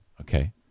Okay